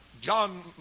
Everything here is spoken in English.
John